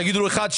תגידו אחת,